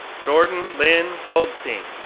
jordan lynn goldstein,